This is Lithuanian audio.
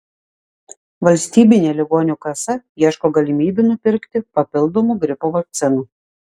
valstybinė ligonių kasa ieško galimybių nupirkti papildomų gripo vakcinų